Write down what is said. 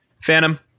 Phantom